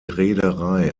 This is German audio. reederei